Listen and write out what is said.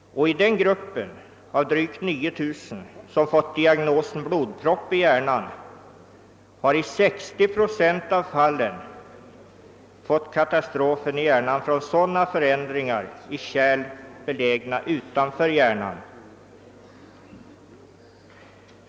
Inom den grupp av dessa drygt 9 060 människor som fått diagnosen blodpropp i hjärnan har i 60 procent av fallen katastrofen i hjärnan följt på sådana förändringar i kärl belägna utanför hjärnan.